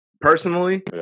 Personally